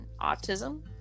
autism